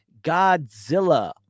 Godzilla